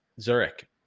zurich